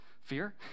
Fear